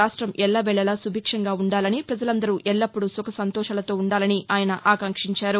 రాష్ట్రం ఎల్లవేకలా సుభిక్షంగా ఉండాలని ప్రజలందరూ ఎల్లాప్పుడు సుఖసంతోషాలతో ఉండాలని ఆయన ఆకాంక్షించారు